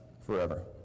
forever